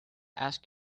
ask